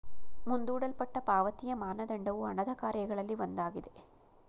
ಮುಂದೂಡಲ್ಪಟ್ಟ ಪಾವತಿಯ ಮಾನದಂಡವು ಹಣದ ಕಾರ್ಯಗಳಲ್ಲಿ ಒಂದಾಗಿದೆ